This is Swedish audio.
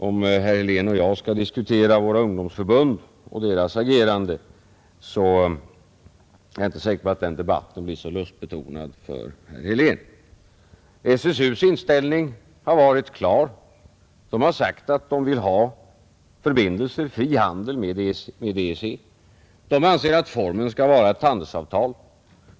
Om herr Helén och jag skall diskutera våra ungdomsförbund och deras agerande, så är jag inte säker på att den debatten blir så lustbetonad för herr Helén. SSU:s inställning har varit klar. De har sagt att de vill ha förbindelser och fri handel med EEC, De anser att formen skall vara ett handelsavtal.